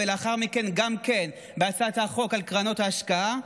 ולאחר מכן גם בהצעת החוק על קרנות ההשקעה.